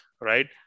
right